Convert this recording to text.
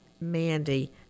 Mandy